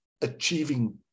achieving